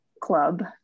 club